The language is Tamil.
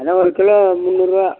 அதான் ஒரு கிலோ முன்னூறுபா